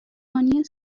بانی